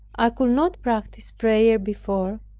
i could not practice prayer before,